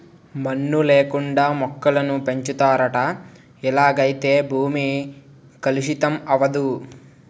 మన్ను లేకుండా మొక్కలను పెంచుతారట ఇలాగైతే భూమి కలుషితం అవదు